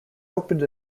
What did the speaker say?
opened